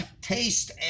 taste